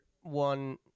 one